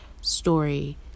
story